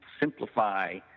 simplify